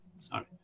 Sorry